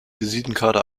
visitenkarte